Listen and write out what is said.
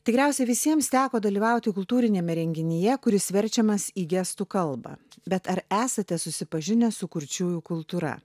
tikriausiai visiems teko dalyvauti kultūriniame renginyje kuris verčiamas į gestų kalbą bet ar esate susipažinęs su kurčiųjų kultūra